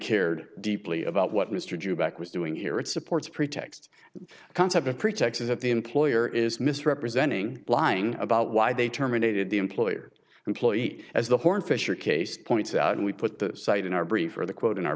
cared deeply about what mr due back was doing here it supports pretext the concept of pretext that the employer is misrepresenting lying about why they terminated the employer employee as the horne fisher case points out and we put the site in our brief or the quote in our